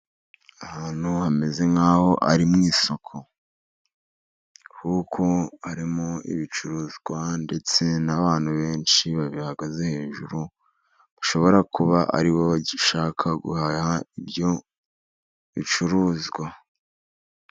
Ahantu hameze nk'aho ari mu isoko kuko harimo ibicuruzwa ndetse n'abantu benshi, babihagaze hejuru bashobora kuba ari bo bashaka guhaha ibyo bicuruzwa.